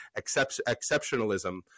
exceptionalism